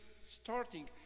starting